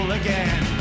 again